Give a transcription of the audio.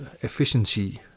efficiency